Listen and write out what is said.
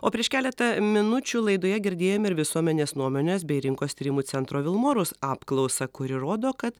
o prieš keletą minučių laidoje girdėjome ir visuomenės nuomonės bei rinkos tyrimų centro vilmorus apklausą kuri rodo kad